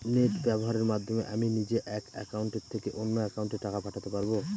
Net ব্যবহারের মাধ্যমে আমি নিজে এক অ্যাকাউন্টের থেকে অন্য অ্যাকাউন্টে টাকা পাঠাতে পারব?